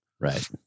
Right